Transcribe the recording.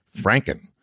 franken